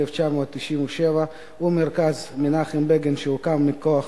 התשנ"ז 1997, ומרכז מנחם בגין, שהוקם מכוח